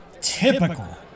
Typical